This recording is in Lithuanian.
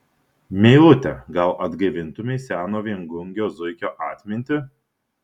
meilute gal atgaivintumei seno viengungio zuikio atmintį